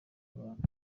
abantu